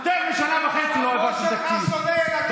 זה הפגיעה בחוליה הכי חלשה.